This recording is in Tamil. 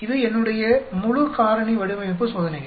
இது என்னுடைய முழு காரணி வடிவமைப்பு சோதனைகள்